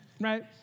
right